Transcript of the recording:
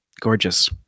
gorgeous